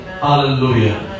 Hallelujah